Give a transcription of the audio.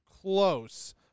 Close